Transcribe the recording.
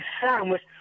sandwich